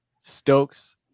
Stokes